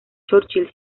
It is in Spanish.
churchill